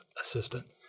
assistant